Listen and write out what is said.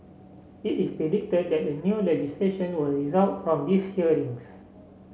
it is predicted that new legislation will result from these hearings